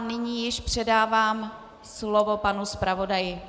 Nyní již předávám slovo panu zpravodaji.